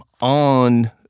on